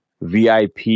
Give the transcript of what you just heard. VIP